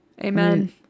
Amen